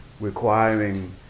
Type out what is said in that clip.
requiring